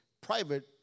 private